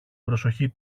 προσοχή